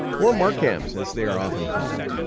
or markhams as they are often called.